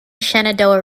shenandoah